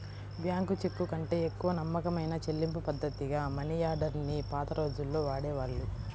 bank చెక్కుకంటే ఎక్కువ నమ్మకమైన చెల్లింపుపద్ధతిగా మనియార్డర్ ని పాత రోజుల్లో వాడేవాళ్ళు